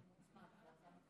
שלוש דקות,